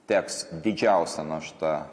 teks didžiausia našta